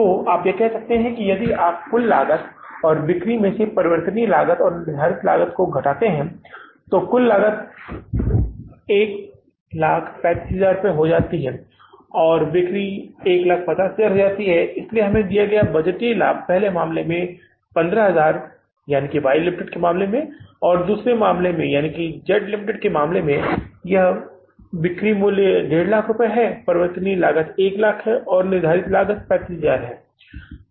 तो आप कह सकते हैं कि यदि आप कुल लागत बिक्री में से परिवर्तनीय लागत और निर्धारित लागत घटाते हैं तो यह कुल लागत 135000 हो जाती है और बिक्री 150000 हो जाती है इसलिए हमें दिया गया लाभ बजटीय लाभ है पहले मामले में 15000 Y Ltd के मामले में और दूसरे मामले में एक Z Ltd है यहाँ हमें बिक्री मूल्य 150000 दिया गया है परिवर्तनीय लागत 100000 दी गई है और निर्धारित लागत है हमें दिया गया है कि 35000 है